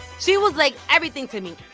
she was, like, everything to me.